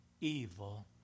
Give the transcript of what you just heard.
evil